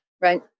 Right